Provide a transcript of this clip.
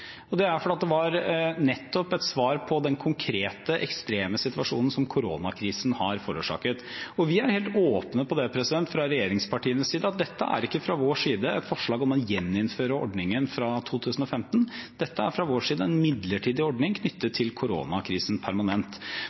Det er fordi det var et svar på den konkrete ekstreme situasjonen som koronakrisen har forårsaket. Vi er fra regjeringspartienes side helt åpne på at dette ikke er et forslag om å gjeninnføre ordningen fra 2015. Dette er fra vår side en midlertidig ordning knyttet til koronakrisen permanent.